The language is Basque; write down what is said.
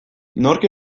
nork